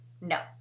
No